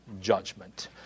judgment